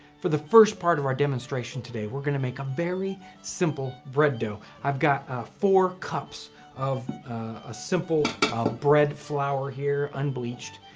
for the first part of our demonstration today we're going to make a very simple bread dough. i've got four cups of ah simple bread flour here, unbleached,